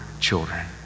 children